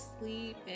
sleep